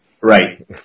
Right